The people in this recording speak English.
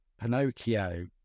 Pinocchio